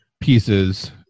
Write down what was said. pieces